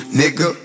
nigga